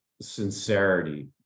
sincerity